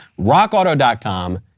Rockauto.com